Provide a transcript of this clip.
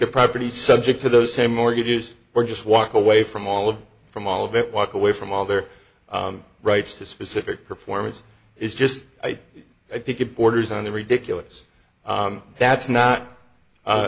a property subject to those same mortgages or just walk away from all of from all of it walk away from all their rights to specific performance is just i think it borders on the ridiculous that's not